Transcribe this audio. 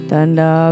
Tanda